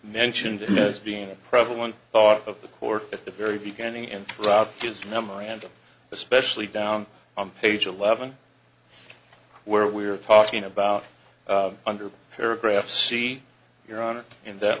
mentioned as being a prevalent thought of the court at the very beginning and throughout his memorandum especially down on page eleven where we are talking about under paragraph c your honor in that